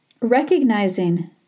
recognizing